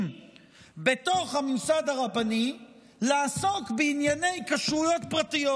בתוך הממסד הרבני לעסוק בענייני כשרויות פרטיות.